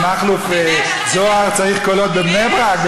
מכלוף זוהר צריך קולות בבני-ברק?